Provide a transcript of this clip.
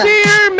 Dear